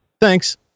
Thanks